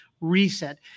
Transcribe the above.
reset